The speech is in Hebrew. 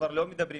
אני מבין